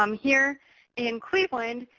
um here in cleveland,